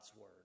word